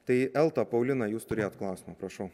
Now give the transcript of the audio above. tai elta paulina jūs turėjot klausimą prašau